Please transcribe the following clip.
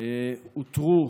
אותרו